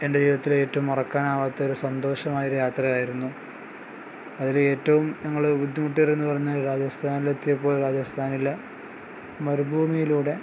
എൻ്റെ ജീവിതത്തിലെ ഏറ്റവും മറക്കാനാകാത്ത ഒരു സന്തോഷമായ ഒരു യാത്രയായിരുന്നു അതിൽ ഏറ്റവും ഞങ്ങൾ ബുദ്ധിമുട്ടേറിയത് എന്ന് പറഞ്ഞാൽ രാജസ്ഥാനിലെത്തിയപ്പോൾ രാജസ്ഥാനിലെ മരുഭൂമിയിലൂടെ